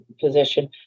position